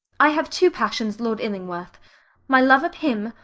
i have two passions, lord illingworth my love of him,